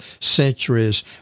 centuries